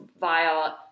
via